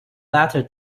letter